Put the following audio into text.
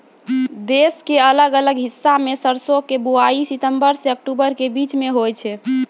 देश के अलग अलग हिस्सा मॅ सरसों के बुआई सितंबर सॅ अक्टूबर के बीच मॅ होय छै